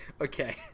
Okay